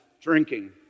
drinking